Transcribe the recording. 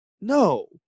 no